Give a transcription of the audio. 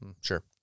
Sure